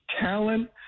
talent